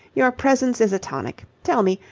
your presence is a tonic. tell me,